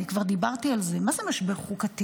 אני כבר דיברתי על זה, מה זה משבר חוקתי?